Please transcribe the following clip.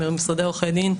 ממשרדי עורכי דין,